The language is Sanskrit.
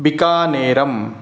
बिकानेरम्